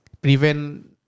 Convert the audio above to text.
prevent